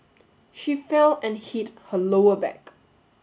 she fell and hit her lower back